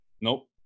Nope